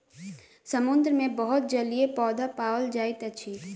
समुद्र मे बहुत जलीय पौधा पाओल जाइत अछि